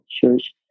Church